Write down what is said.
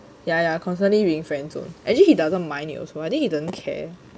yeah yeah constantly being friend zoned actually he doesn't mind you also I think you don't care